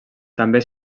també